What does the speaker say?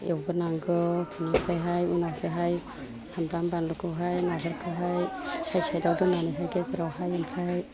एवगोरनांगौ बिनिफ्रायहाइ उनावसोहाइ सामब्राम बानलुखौहाइ नाफोरखौहाइ साइद साइदाव दोन्नानैहाइ गेजेरावहाइ ओमफ्राय